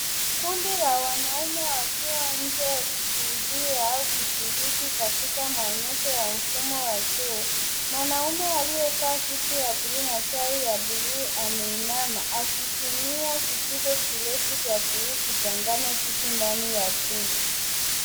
Kundi la wanaume wakiwa nje wakishuhudia au kushiriki katika maonyesho ya mfumo wa choo. Mwanaume aliyevaa suti ya buluu na tai ya buluu ameinama akitumia kijiko kirefu cha buluu, kuchanganya kitu ndani ya choo.